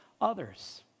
others